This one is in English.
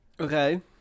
Okay